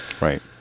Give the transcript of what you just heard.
Right